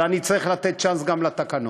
אבל אני צריך לתת צ'אנס גם לתקנות.